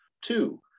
Two